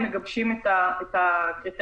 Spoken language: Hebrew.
מגבשים את הקריטריונים,